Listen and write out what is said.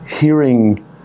hearing